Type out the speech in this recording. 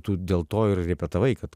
tu dėl to ir repetavai kad